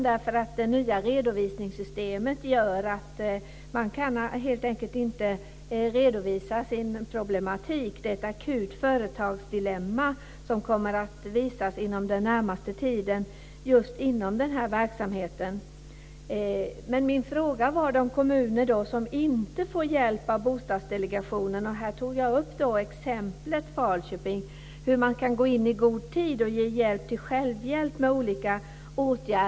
Det nya redovisningssystemet gör att den helt enkelt inte kan redovisa sin problematik. Detta är ett akut företagsdilemma som kommer att visa sig inom den närmaste tiden. Men min fråga var om hur man i de kommuner som i dag inte får hjälp av Bostadsdelegationen - här tog jag upp exemplet Falköping - ska kunna gå in i god tid och ge hjälp till självhjälp med olika åtgärder.